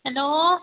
hello